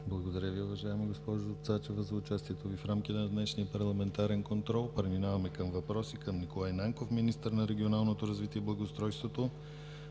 Благодаря Ви, уважаема госпожо Цачева за участието в рамките на днешния парламентарен контрол. Преминаваме към въпроси към Николай Нанков – министър на регионалното развитие и благоустройството.